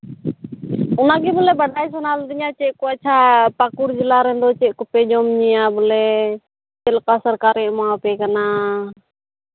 ᱚᱱᱟᱜᱮ ᱵᱚᱞᱮ ᱵᱟᱰᱟᱭ ᱥᱟᱱᱟ ᱞᱤᱫᱤᱧᱟ ᱪᱮᱫ ᱠᱚ ᱟᱪᱪᱷᱟ ᱯᱟᱹᱠᱩᱲ ᱡᱮᱞᱟ ᱨᱮᱱ ᱫᱚ ᱪᱮᱫ ᱠᱚᱯᱮ ᱡᱚᱢᱼᱧᱩᱭᱟ ᱵᱚᱞᱮ ᱪᱮᱫᱠᱟ ᱥᱚᱨᱠᱟᱨᱮ ᱮᱢᱟ ᱯᱮ ᱠᱟᱱᱟ